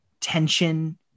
tension